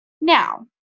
Now